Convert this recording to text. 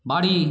বাড়ি